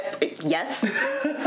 Yes